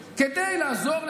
כי עשינו המון דברים טובים.